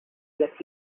yet